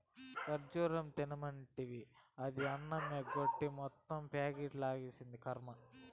ఖజ్జూరం తినమంటివి, అది అన్నమెగ్గొట్టి మొత్తం ప్యాకెట్లు లాగిస్తాంది, కర్మ